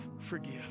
forgive